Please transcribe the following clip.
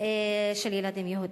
של ילדים יהודים.